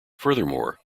furthermore